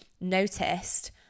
noticed